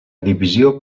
divisió